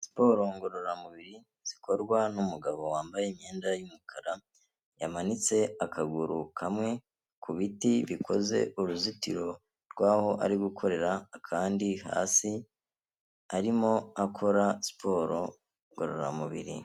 Siporo ngororamubiri zikorwa n'umugabo wambaye imyenda y'umukara, yamanitse akaguru kamwe ku biti bikoze uruzitiro rw'aho ari gukorera akandi hasi, arimo akora siporo ngororamubiri.